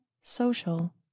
social